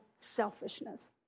selfishness